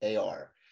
AR